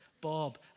Bob